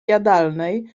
jadalnej